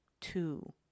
two